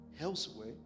elsewhere